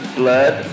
blood